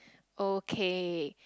okay